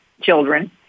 children